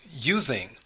using